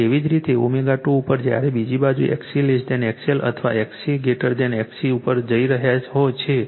અને તેવી જ રીતે ω2 ઉપર જ્યારે બીજી બાજુ XC XL અથવા XL XC ઉપર જઈ રહ્યાં છે